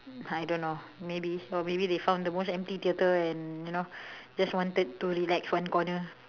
I don't know maybe or maybe they found the most empty theater and you know just wanted to relax one corner